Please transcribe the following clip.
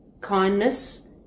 kindness